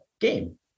game